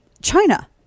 China